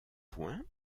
poing